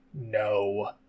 No